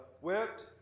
whipped